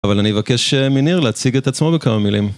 אבל אני אבקש מניר להציג את עצמו בכמה מילים.